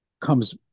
comes